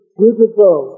beautiful